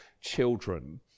children